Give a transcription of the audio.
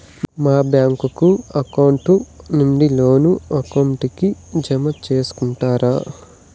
మా bank account నుండి loan account కి జామ సేసుకుంటారా?